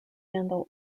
handle